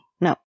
No